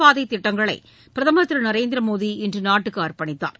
பாதைதிட்டங்களைபிரதமர் திருநரேந்திரமோடி இன்றுநாட்டுக்குஅர்ப்பணித்தார்